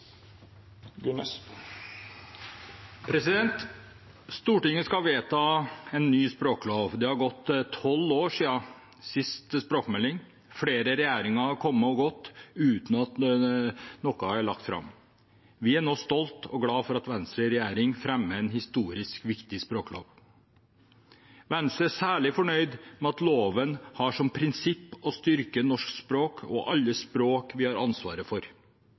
Stortinget skal vedta en ny språklov. Det har gått tolv år siden siste språkmelding. Flere regjeringer har kommet og gått uten at noe er lagt fram. Vi er nå stolte over og glad for at Venstre i regjering fremmer en historisk viktig språklov. Venstre er særlig fornøyd med at loven har som prinsipp å styrke norsk språk og alle språk vi har ansvaret for.